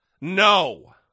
no